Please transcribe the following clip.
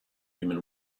human